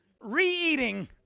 re-eating